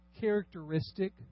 characteristic